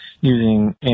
using